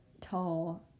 tall